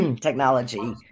technology